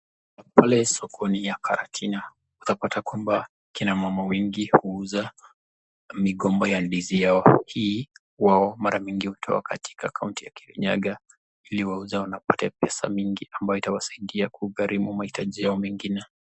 Pale soko ni ya Karatina. Utapata kwamba kina mama wengi huuza migomba ya ndizi yao. Hii, wao mara mingi hutao katika County ya Kirinyaga ili wauze na wapate pesa mingi ambayo itawasaidia kugharimu mahitaji yao mengine.